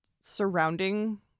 surrounding